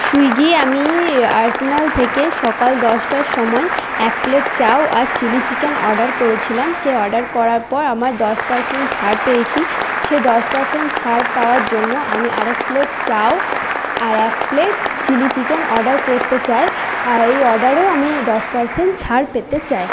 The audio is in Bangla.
সুইগি আমি আর্সেলান থেকে সকাল দশটার সময় এক প্লেট চাউ আর চিলি চিকেন অর্ডার করেছিলাম সেই অর্ডার করার পর আমার দশ পারসেন্ট ছাড় পেয়েছি সেই দশ পারসেন্ট ছাড় পাওয়ার জন্য আমি আর এক প্লেট চাউ আর এক প্লেট চিলি চিকেন অর্ডার করতে চাই আর এই অর্ডারেও আমি দশ পারসেন্ট ছাড় পেতে চাই